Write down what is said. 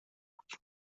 بود